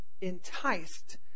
enticed